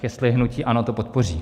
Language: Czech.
Jestli hnutí ANO to podpoří.